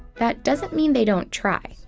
that doesn't mean they don't try.